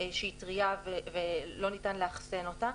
שהיא טרייה ולא ניתן לאכסן אותה.